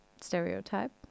stereotype